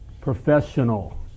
Professional